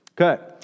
Okay